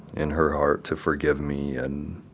in her heart to forgive me, and